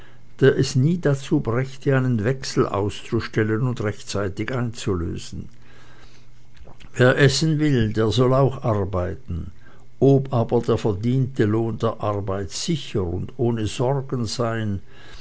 es nie dazu brächte einen wechsel auszustellen und rechtzeitig einzulösen wer essen will der soll auch arbeiten ob aber der verdiente lohn der arbeit sicher und ohne sorgen sein